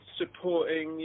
supporting